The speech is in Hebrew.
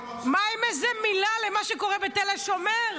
מה עם איזו מילה על מה שקורה בתל השומר,